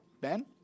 Ben